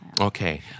Okay